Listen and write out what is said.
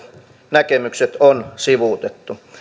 näkemykset on sivuutettu